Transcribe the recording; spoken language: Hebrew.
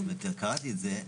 קראתי את זה,